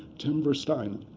tim verstynen